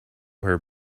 her